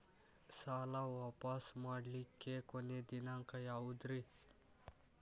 ಸಾಲಾ ವಾಪಸ್ ಮಾಡ್ಲಿಕ್ಕೆ ಕೊನಿ ದಿನಾಂಕ ಯಾವುದ್ರಿ?